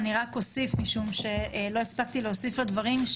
רק אוסיף, משום שלא הספקתי להוסיף לדברים.